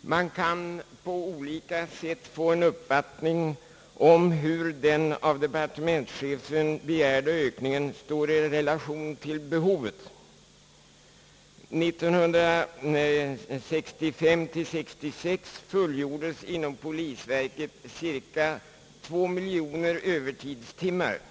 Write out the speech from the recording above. Man kan på olika sätt få en uppfattning om hur den av departementschefen begärda ökningen står i relation till behovet. 1965—1966 fullgjordes inom polisverket cirka 2 miljoner övertidstimmar.